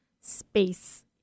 space